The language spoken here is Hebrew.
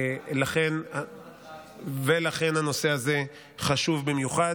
ולכן הנושא הזה חשוב במיוחד.